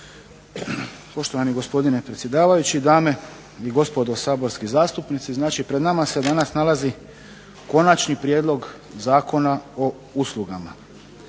Poštovani gospodine predsjedavajući. Dame i gospodo saborski zastupnici. Znači pred nama se danas nalazi Konačni prijedlog zakona o uslugama.